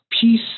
peace